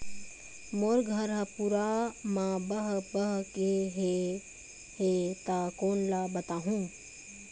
मोर घर हा पूरा मा बह बह गे हे हे ता कोन ला बताहुं?